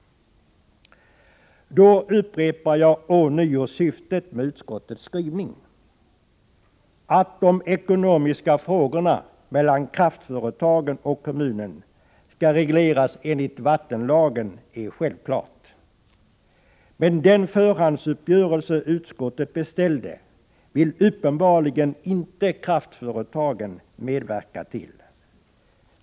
Då upprepar jag ånyo syftet med utskottets skrivning. Att de ekonomiska frågorna mellan kraftföretagen och kommunen skall regleras enligt vattenlagen är självklart. Men den förhandsuppgörelse utskottet beställde vill uppenbarligen inte kraftföretagen medverka till.